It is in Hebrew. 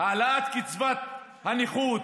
העלאת קצבת הנכות.